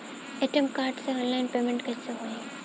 ATM card से online payment कैसे होई?